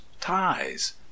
Ties